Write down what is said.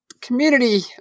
community